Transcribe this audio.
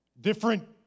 Different